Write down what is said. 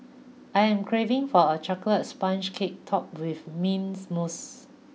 I am craving for a chocolate sponge cake topped with mint mousse